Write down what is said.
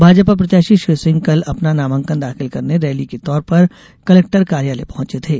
भाजपा प्रत्याशी श्री सिंह कल अपना नामांकन दाखिल करने रैली के तौर पर कलेक्टर कार्यालय पहुंचे थे